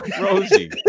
Rosie